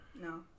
No